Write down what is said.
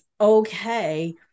okay